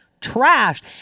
trashed